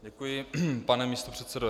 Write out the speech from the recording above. Děkuji, pane místopředsedo.